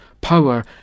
power